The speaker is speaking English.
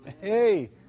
hey